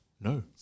No